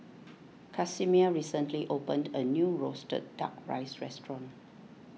Casimir recently opened a new Roasted Duck Rice restaurant